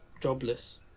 jobless